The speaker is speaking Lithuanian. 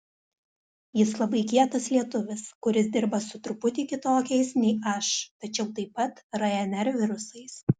jis labai kietas lietuvis kuris dirba su truputį kitokiais nei aš tačiau taip pat rnr virusais